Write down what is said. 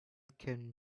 can